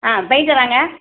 ஆ பெயிண்ட்டராங்க